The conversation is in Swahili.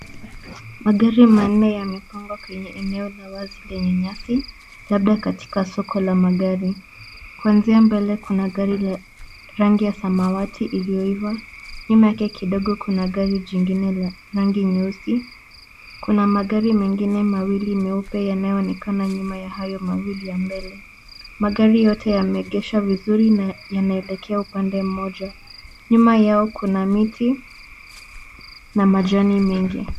Magari manne yamepangwa kwenye eneo la wazi lenye nyasi, labda kati soko la magari. Kuanzia mbele kuna gari lenye rangi ya samawati iliyoiva, nyuma yake kidogo kuna gari jingine la rangi nyeusi, kuna magari mengine mawili meupe yanayo onekana nyuma ya hayo mawili ya mbele. Magari yote yemeegeshwa vizuri na yanaelekea upande mmoja, nyuma yao kuna miti na majani mengi.